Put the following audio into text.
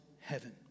heaven